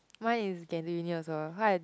mine is get into uni also cause i